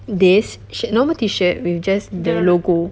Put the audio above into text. this sh~ normal T-shirt with just the logo